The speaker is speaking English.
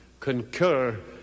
concur